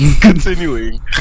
continuing